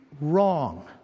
wrong